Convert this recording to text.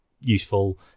useful